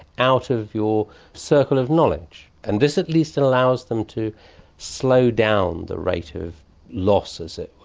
out of your circle of knowledge. and this at least allows them to slow down the rate of loss, as it